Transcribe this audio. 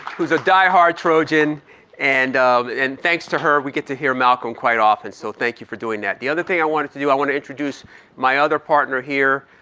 who's a diehard trojan and and thanks to her, we get to hear malcolm quite often. so thank you for doing that. the other thing i wanted to do, i want to introduce my other partner here,